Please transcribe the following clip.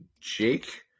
Jake